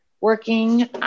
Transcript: working